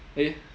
eh